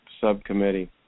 subcommittee